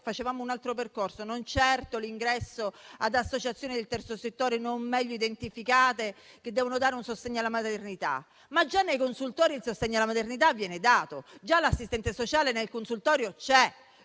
Facevamo un altro percorso, non certo l'ingresso ad associazioni del terzo settore non meglio identificate, che devono dare un sostegno alla maternità. Ma già nei consultori il sostegno alla maternità viene dato, già l'assistente sociale nel consultorio c'è,